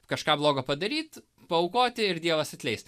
kažką blogo padaryt paaukoti ir dievas atleis